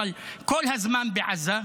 אבל כל הזמן בעזה: